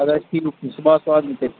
اَدٕ حظ ٹھیٖک چھُ صُبحَس واتہٕ بہٕ تیٚلہِ